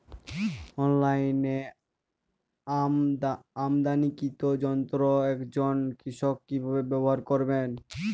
অনলাইনে আমদানীকৃত যন্ত্র একজন কৃষক কিভাবে ব্যবহার করবেন?